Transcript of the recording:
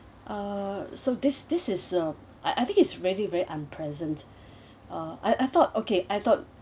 uh so this this is a I I think is very very unpleasant uh I I thought okay I thought